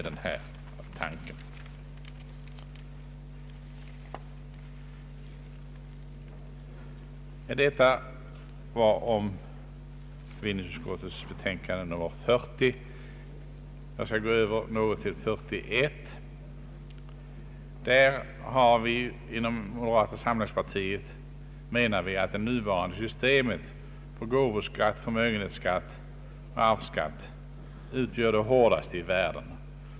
Jag har nu anfört några synpunkter med anledning av bevillningsutskottets betänkande nr 40 och skall beröra även betänkandet nr 41. Vi inom moderata samlingspartiet menar att den nuvarande gåvoskatten, förmögenhetsskatten och arvsskatten är hårdast i världen.